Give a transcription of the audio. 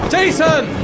Jason